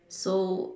so